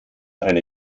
eine